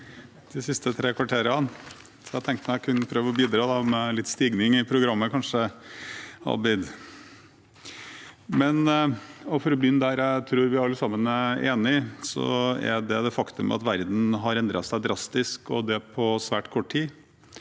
de siste tre kvarterene, så jeg tenkte jeg kunne prøve å bidra med litt stigning i programmet, Abid. For å begynne der jeg tror vi alle sammen er enige: Det er et faktum at verden har endret seg drastisk, og det på svært kort tid.